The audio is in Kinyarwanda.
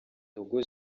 dogo